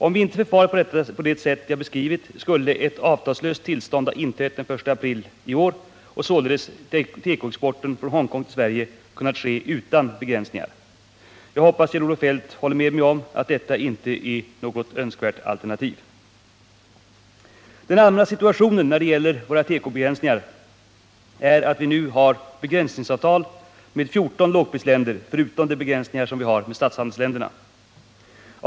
Om vi inte förfarit på det sätt jag beskrivit skulle ett avtalslöst tillstånd ha inträtt den 1 april 1979 och således tekoexporten från Hongkong till Sverige kunnat ske utan begränsningar. Jag hoppas Kjell-Olof Feldt håller med mig om att detta inte är något önskvärt alternativ. Den allmänna situationen när det gäller våra tekobegränsningar är att vi nu har begränsningsavtal med 14 lågprisländer förutom de begränsningar vi har mot statshandelsländerna.